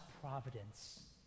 providence